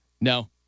No